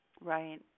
Right